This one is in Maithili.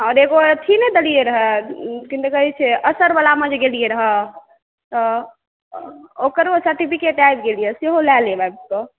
और एगो अथि नहि देलियै रहा किदून तऽ कहै छै असर वला मे गेलियै रहय तऽ ओकरो सर्टिफिकेट आबि गेल ये सेहो लए लेब आबि कऽ